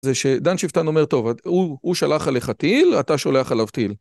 זה שדן שיפטן אומר, טוב, הוא שלח עליך טיל, אתה שולח עליו טיל.